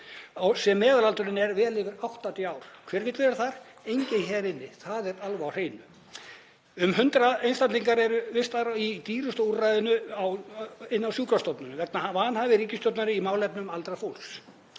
þar sem meðalaldurinn er vel yfir 80 ár. Hver vill vera þar? Enginn hér inni. Það er alveg á hreinu. Um 100 einstaklingar eru vistaðir í dýrasta úrræðinu inni á sjúkrastofnunum vegna vanhæfni ríkisstjórnarinnar í málefnum aldraðs fólks.